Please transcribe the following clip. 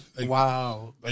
Wow